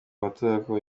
amatora